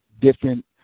different